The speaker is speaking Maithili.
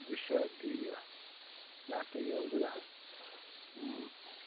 विषय की यऽ या कहियौ जेना